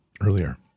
earlier